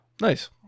Nice